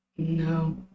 No